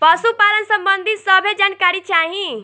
पशुपालन सबंधी सभे जानकारी चाही?